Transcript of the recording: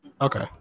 Okay